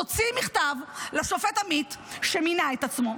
תוציאי מכתב לשופט עמית שמינה את עצמו,